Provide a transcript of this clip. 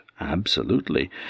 Absolutely